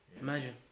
Imagine